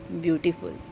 beautiful